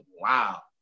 wow